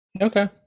Okay